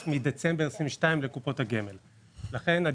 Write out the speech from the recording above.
לקופות הגמל החל מדצמבר 2022. לכן,